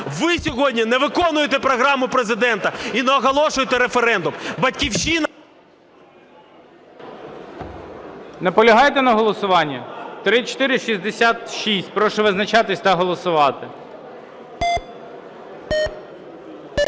Ви сьогодні не виконуєте програму Президента і не оголошуєте референдум. "Батьківщина"… ГОЛОВУЮЧИЙ. Наполягаєте на голосуванні? 3466. Прошу визначатись та голосувати.